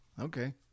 Okay